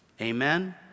Amen